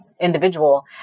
individual